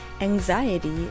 anxiety